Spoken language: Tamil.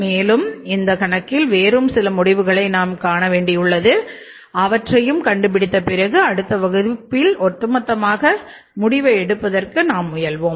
மேலும் இந்த கணக்கில் வேறும் சில முடிவுகளை நாம் காண வேண்டியுள்ளது அவற்றையும் கண்டுபிடித்த பிறகு அடுத்த வகுப்பில் ஒட்டுமொத்தமான முடிவை எடுப்பதற்கு நாம் முயல்வோம்